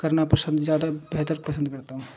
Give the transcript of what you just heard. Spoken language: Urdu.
کرنا پسند زیادہ بہتر پسند کرتا ہوں